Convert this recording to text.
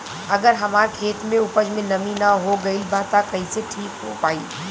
अगर हमार खेत में उपज में नमी न हो गइल बा त कइसे ठीक हो पाई?